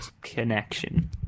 connection